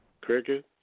cricket